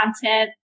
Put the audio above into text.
content